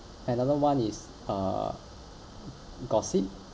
another one is uh gossip